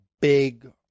big